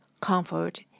comfort